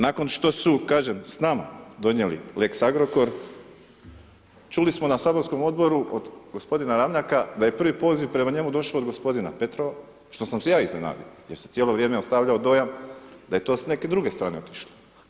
Nakon što su, kažem s nama, donijeli lex Agrokor, čuli smo na saborskom odboru, od gospodina Ramljaka, da je prvi poziv prema njemu došao od gospodina Petrova, što sam se ja iznenadio, jer sam cijelo vrijeme ostavljao dojam, da je to s neke strane otišlo.